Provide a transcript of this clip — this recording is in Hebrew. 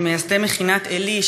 ממייסדי מכינת עלי,